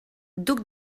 duc